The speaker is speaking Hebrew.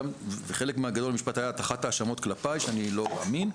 וחלק גדול מהמשפט היה הטחת האשמות כלפיי שאני לא אמין,